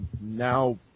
now